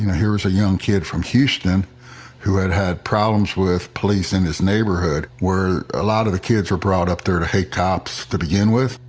here was a young kid from houston who had had problems with police in this neighborhood, where a lot of the kids were brought up there to hate cops to begin with